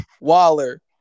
Waller